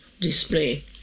display